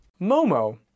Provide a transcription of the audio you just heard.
Momo